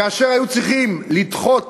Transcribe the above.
כאשר היו צריכים לדחות